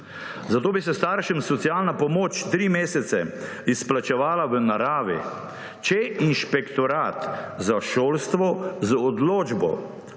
Zato bi se staršem socialna pomoč tri mesece izplačevala v naravi, če inšpektorat za šolstvo z odločbo